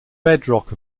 bedrock